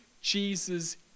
Jesus